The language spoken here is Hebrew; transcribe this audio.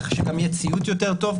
כך שגם יהיה ציות יותר טוב,